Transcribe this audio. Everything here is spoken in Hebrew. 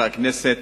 חברי הכנסת.